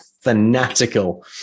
fanatical